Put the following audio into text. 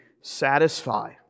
satisfy